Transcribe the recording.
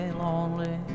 lonely